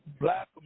black